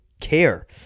care